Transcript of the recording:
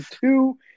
two